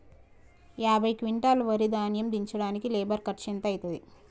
యాభై క్వింటాల్ వరి ధాన్యము దించడానికి లేబర్ ఖర్చు ఎంత అయితది?